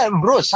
bro